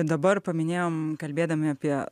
dabar paminėjom kalbėdami apie